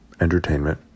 entertainment